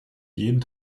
jeden